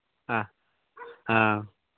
ꯑꯥ ꯑꯥ